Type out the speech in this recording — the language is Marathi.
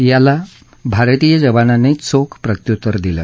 याला भारतीय जवानांनी चोख प्रत्युत्तर दिलं